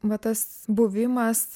va tas buvimas